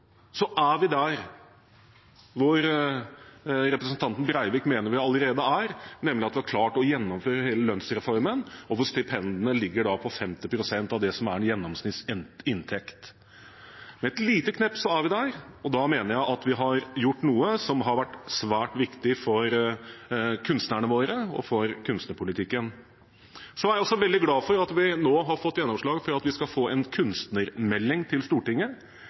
så er vi der, og da mener jeg vi har gjort noe som har vært svært viktig for kunstnerne våre og for kunstnerpolitikken. Så er jeg også veldig glad for at vi nå har fått gjennomslag for at vi skal få en kunstnermelding til Stortinget.